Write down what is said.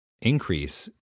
increase